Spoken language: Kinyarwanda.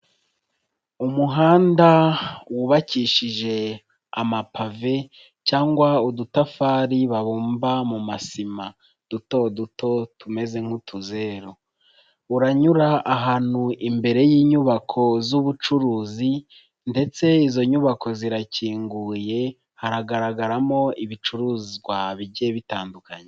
Umuhanda wubakishije amapave cyangwa udutafari babumba mu masima duto duto tumeze nk'utuzeru. Uranyura ahantu imbere y'inyubako z'ubucuruzi ndetse izo nyubako zirakinguye, haragaragaramo ibicuruzwa bijye bitandukanye.